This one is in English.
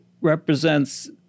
represents